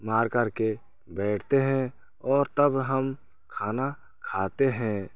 मार करके बैठते हैं और तब हम खाना खाते हैं